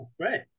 Great